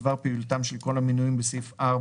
בדבר פעילותם של כל המנויים בסעיף 4,